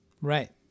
Right